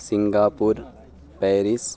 Singapore Paris